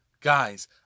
Guys